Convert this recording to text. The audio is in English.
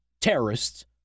terrorists